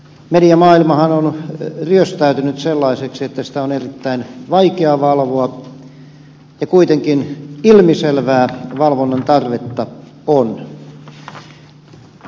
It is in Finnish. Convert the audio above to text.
mediamaailmahan on ryöstäytynyt sellaiseksi että sitä on erittäin vaikea valvoa ja kuitenkin ilmiselvää valvonnan tarvetta on